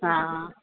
हा